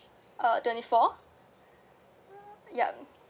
uh twenty four yup